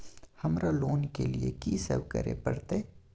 हमरा लोन के लिए की सब करे परतै?